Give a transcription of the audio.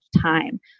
time